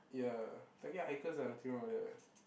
ya target hikers ah nothing wrong with that [what]